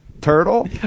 Turtle